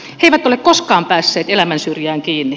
he eivät ole koskaan päässeet elämän syrjään kiinni